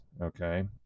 Okay